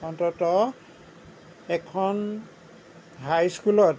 অন্ততঃ এখন হাইস্কুলত